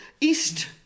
East